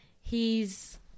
He's-